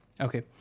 Okay